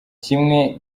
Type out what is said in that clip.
kimwe